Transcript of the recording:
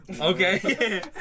Okay